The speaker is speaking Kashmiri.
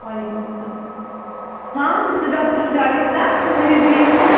وعلیکُم السلام ہاں بہٕ چھَس ڈاکٹر شایستہ ؤنِو جی حُکُم